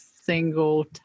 single